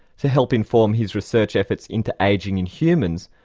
to help inform his research efforts into ageing in humans,